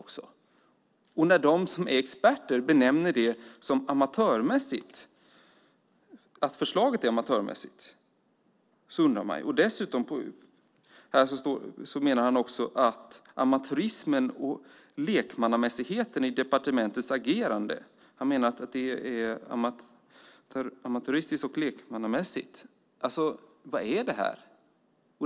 Och när de som är experter benämner förslaget som amatörmässigt undrar man ju. Han menar dessutom att departementets agerande är amatöristiskt och lekmannamässigt. Vad är det här?